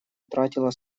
утратила